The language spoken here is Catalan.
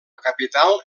capital